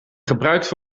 gebruikt